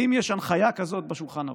האם יש הנחיה כזאת בשולחן ערוך?